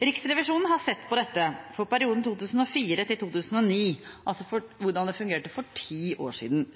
Riksrevisjonen har sett på dette for perioden 2004–2009 – altså hvordan det fungerte for ca. ti år siden.